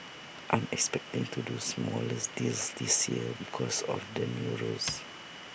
I'm expecting to do smaller deals this year because of the new rules